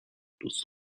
دوست